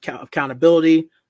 accountability